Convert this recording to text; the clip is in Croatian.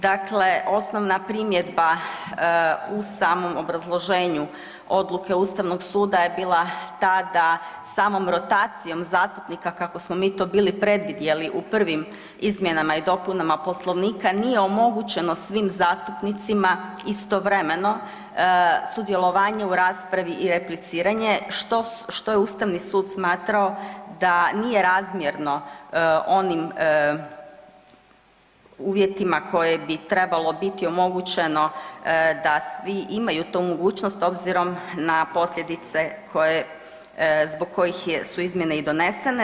Dakle, osnovna primjedba u samo obrazloženju odluke Ustavnog suda je bila ta da samom rotacijom zastupnika kako smo mi to bili predvidjeli u prvim izmjenama i dopunama Poslovnika nije omogućeno svim zastupnicima istovremeno sudjelovanje u raspravi repliciranje što je Ustavni sud smatrao da nije razmjerno onim uvjetima koje bi trebalo biti omogućeno da svi imaju tu mogućnost obzirom na posljedice koje, zbog kojih su izmjene i donesene.